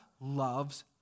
loves